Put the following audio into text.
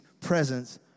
presence